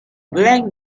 black